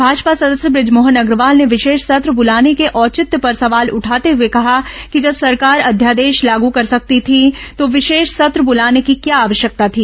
भाजपा सदस्य बुजमोहन अग्रवाल ने विशेष सत्र ब्लाने के औचित्य पर सवाल उठाते हुए कहा कि जब सरकार अध्यादेश लागू कर सकती थी तो विशेष सत्र बुलाने की क्या आवश्यकता थी